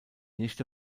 nichte